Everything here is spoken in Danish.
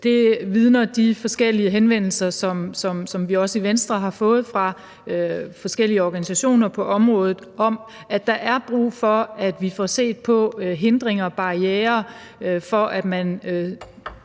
det vidner de forskellige henvendelser, som vi også i Venstre har fået fra forskellige organisationer på området, om – at der er brug for, at vi får set på hindringer og barrierer for, at man